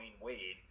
Wade